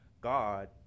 God